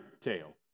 tale